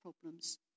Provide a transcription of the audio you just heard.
problems